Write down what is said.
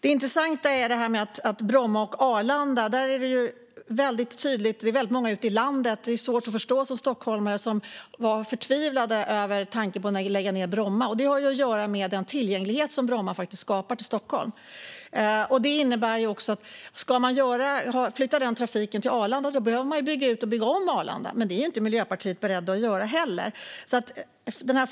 I fråga om Bromma och Arlanda är det intressant. Det var tydligt att många ute i landet var förtvivlade när det gällde tanken på att lägga ned Bromma. Det är svårt att förstå som stockholmare. Men det har att göra med den tillgänglighet till Stockholm som Bromma skapar. Om man ska flytta den trafiken till Arlanda behöver man dessutom bygga ut och bygga om Arlanda. Men det är Miljöpartiet inte heller beredda att göra.